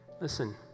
listen